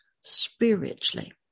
spiritually